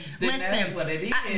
listen